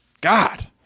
God